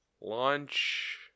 launch